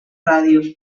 ràdio